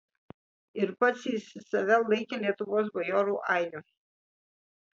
ir pats jis save laikė lietuvos bajorų ainiu